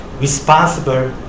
responsible